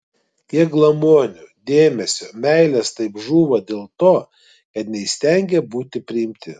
kiek glamonių dėmesio meilės taip žūva dėl to kad neįstengė būti priimti